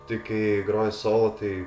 tai kai groji solo tai